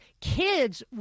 kids